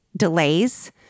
delays